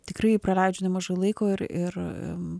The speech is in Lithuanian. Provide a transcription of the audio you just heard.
tikrai praleidžiu nemažai laiko ir ir